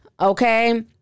Okay